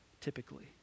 typically